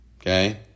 Okay